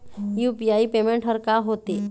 UPI payment हर का होते?